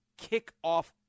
kickoff